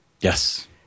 Yes